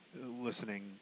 listening